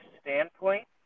standpoint